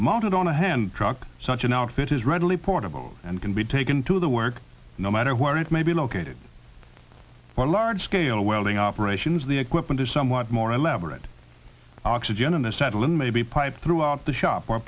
mounted on a hand truck such an outfit is readily portable and can be taken to the work no matter where it may be located for large scale welding operations the equipment is somewhat more elaborate oxygen and the settling may be piped throughout the shop for a